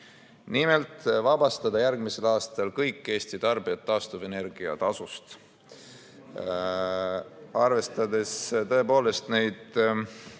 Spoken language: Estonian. Nimelt, vabastada järgmisel aastal kõik Eesti tarbijad taastuvenergia tasust. Arvestada tuleb tõepoolest elektri